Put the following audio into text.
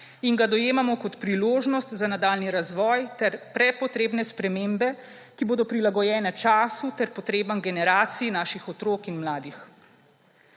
in ga dojemamo kot priložnost za nadaljnji razvoj ter prepotrebne spremembe, ki bodo prilagojene času ter potrebam generacij naših otrok in mladih.